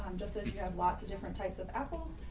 um just as you have lots of different types of apples.